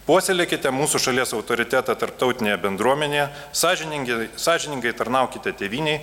puoselėkite mūsų šalies autoritetą tarptautinėje bendruomenėje sąžiningi sąžiningai tarnaukite tėvynei